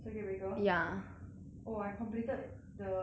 oh I completed the 延禧攻略:yan xi gong lue